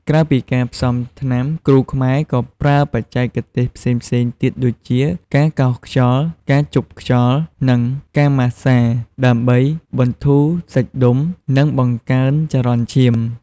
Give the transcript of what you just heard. ក្រៅពីការផ្សំថ្នាំ គ្រូខ្មែរក៏ប្រើបច្ចេកទេសផ្សេងៗទៀតដូចជា ការកោសខ្យល់ ការជប់ខ្យល់ និង ការម៉ាស្សា ដើម្បីបន្ធូរសាច់ដុំ និងបង្កើនចរន្តឈាម។